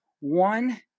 One